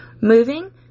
Moving